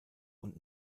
und